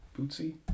Bootsy